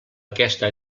aquesta